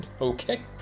Okay